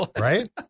Right